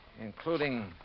Including